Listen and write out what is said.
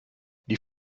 die